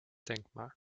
denkmal